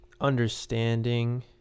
understanding